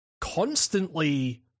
constantly